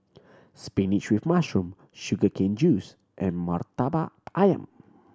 spinach with mushroom sugar cane juice and Murtabak Ayam